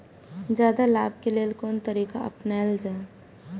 जादे लाभ के लेल कोन तरीका अपनायल जाय?